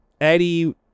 Eddie